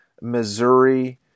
Missouri